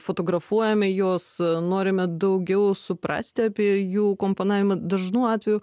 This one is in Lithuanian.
fotografuojame juos norime daugiau suprasti apie jų komponavimą dažnu atveju